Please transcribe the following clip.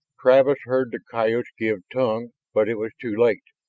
travis heard the coyotes give tongue, but it was too late.